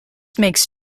makes